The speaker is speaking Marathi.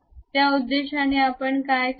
त्या उद्देशाने आपण काय करावे